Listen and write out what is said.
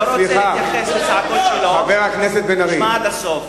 שמע עד הסוף.